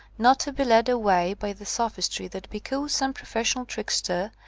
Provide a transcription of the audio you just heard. not to be led away by the sophistry that because some professional trickster,